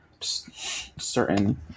certain